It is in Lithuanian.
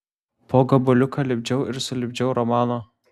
po gabaliuką lipdžiau ir sulipdžiau romaną